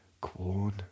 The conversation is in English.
corn